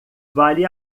vale